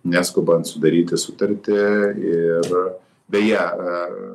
neskubant sudaryti sutartį ir beje